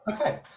okay